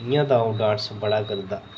इ'यां तां डांस अ'ऊं बड़ा करदा